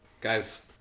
Guys